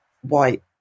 white